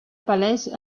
palès